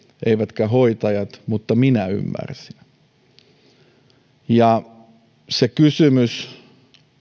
eivätkä hoitajat mutta minä ymmärsin se kysymys